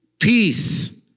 peace